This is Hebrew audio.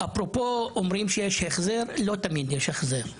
לא תמיד יש החזר,